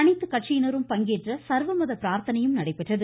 அனைத்துக்கட்சியினரும் பங்கேற்ற சர்வமத பிரார்த்தனையும் நடைபெற்றது